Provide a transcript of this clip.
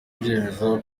ibyemezo